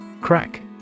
Crack